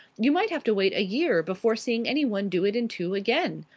you might have to wait a year before seeing anyone do it in two again.